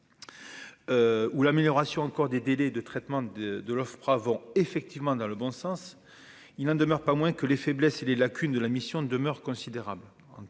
Ou l'amélioration encore des délais de traitement de de l'Ofpra, vont effectivement dans le bon sens, il n'en demeure pas moins que les faiblesses et les lacunes de la mission demeure considérable,